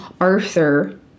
Arthur